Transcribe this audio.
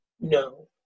No